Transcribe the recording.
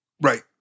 Right